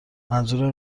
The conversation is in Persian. منظورم